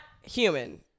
human